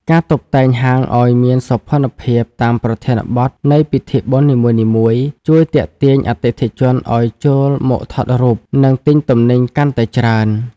ការតុបតែងហាងឱ្យមានសោភ័ណភាពតាមប្រធានបទនៃពិធីបុណ្យនីមួយៗ ជួយទាក់ទាញអតិថិជនឱ្យចូលមកថតរូប និងទិញទំនិញកាន់តែច្រើន។